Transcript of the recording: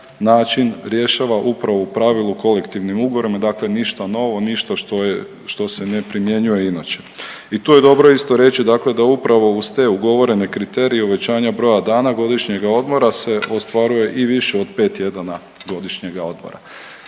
način rješava upravo u pravilu kolektivnim ugovorima, dakle ništa novo, ništa što se ne primjenjuje inače. I tu je dobro isto reći dakle da upravo uz te ugovorene kriterije uvećanja broja dana godišnjega odmora se ostvaruje i više od 5 tjedana godišnjega odmora.